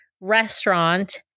restaurant